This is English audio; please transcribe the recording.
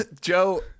joe